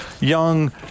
young